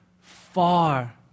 far